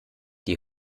die